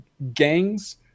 gangs